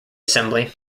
assembly